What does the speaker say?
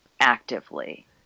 actively